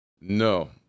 No